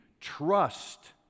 trust